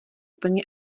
plně